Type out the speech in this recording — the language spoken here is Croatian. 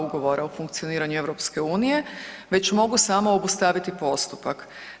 Ugovora o funkcioniranju EU-a, već mogu samo obustaviti postupak.